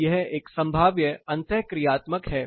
तो यह एक संभाव्य अंतःक्रियात्मक है